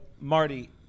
Marty